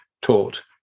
taught